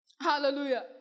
Hallelujah